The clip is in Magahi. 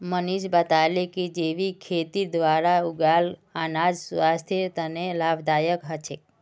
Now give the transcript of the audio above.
मनीष बताले कि जैविक खेतीर द्वारा उगाल अनाज स्वास्थ्य तने लाभप्रद ह छे